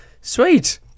Sweet